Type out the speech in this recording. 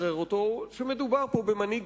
האינטרס לשחרר אותו הוא שמדובר פה במנהיג